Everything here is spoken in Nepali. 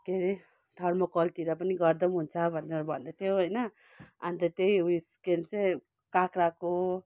के अरे थर्मोकोलतिर पनि गर्दा हुन्छ भनेर भन्दै थियो होइन अन्त त्यही उयस के भन्छ काँक्राको